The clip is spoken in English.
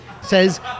says